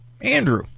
Andrew